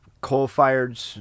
coal-fired